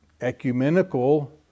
ecumenical